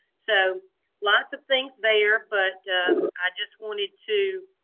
so lots of things there. but i just wanted to,